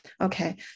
Okay